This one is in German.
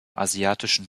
asiatischen